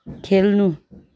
खेल्नु